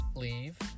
leave